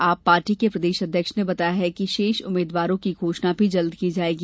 आप पार्टी के प्रदेश अध्यक्ष ने बताया कि शेष उम्मीद्वारों की घोषणा भी जल्द की जायेगी